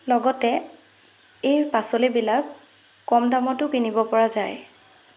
লগতে এই পাচলিবিলাক কম দামতো কিনিব পৰা যায়